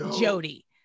Jody